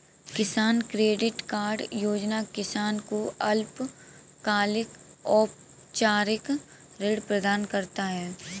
किसान credit card योजना किसान को अल्पकालिक औपचारिक ऋण प्रदान करता है